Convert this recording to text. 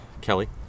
Kelly